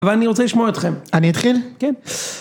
‫אבל אני רוצה לשמוע אתכם. ‫אני אתחיל? כן.